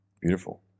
beautiful